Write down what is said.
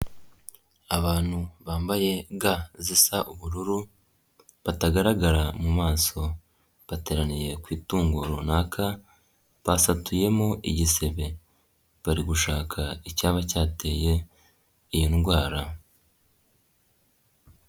Abantu bambaye ga zisa ubururu batagaragara mu maso bateraniye ku itungo runaka basatuyemo igisebe bari gushaka icyaba cyateye iyi ndwara.